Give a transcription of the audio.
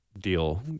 deal